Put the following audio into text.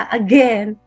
again